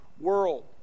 world